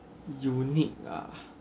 unique ah